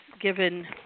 given